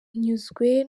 nyuzwe